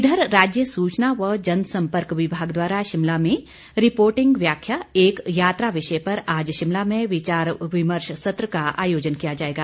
इधर राज्य सूचना व जन संपर्क विभाग द्वारा शिमला में रिपोर्टिंग व्याख्या एक यात्रा विषय पर आज शिमला में विचार विमर्श सत्र का आयोजन किया जाएगा